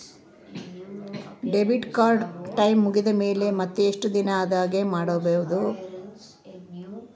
Debit card time ಮುಗಿದ ಮೇಲೆ ಮತ್ತೆ ಎಷ್ಟು ದಿನದಾಗ ಪಡೇಬೋದು?